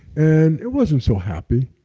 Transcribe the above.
and it wasn't so happy,